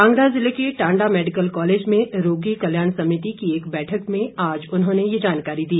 कांगड़ा जिले के Tanda medical college में रोगी कल्याण समिति की एक बैठक में आज उन्होंने ये जानकारी दी